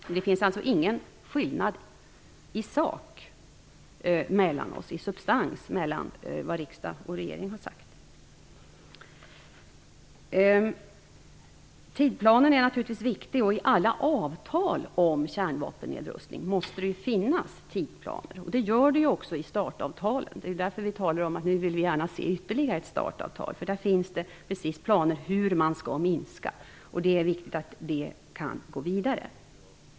Men det finns alltså ingen skillnad i sak mellan vad regering och riksdag har sagt. Tidplanen är naturligtvis viktig. I alla avtal om kärnvapennedrustning måste det finnas tidplaner, vilket det också gör i START-avtalet. Det är därför som vi gärna vill se ytterligare ett START-avtal, eftersom det där ingår planer för hur man skall genomföra en minskning. Det är viktigt att det kan utvecklas vidare.